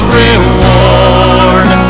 reward